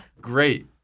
Great